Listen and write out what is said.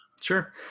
sure